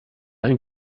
einen